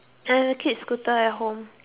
I have a kid scooter at home